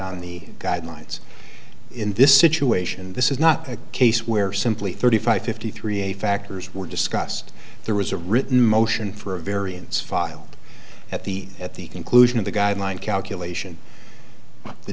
the guidelines in this situation this is not a case where simply thirty five fifty three a factors were discussed there was a written motion for a variance filed at the at the conclusion of the guideline calculation the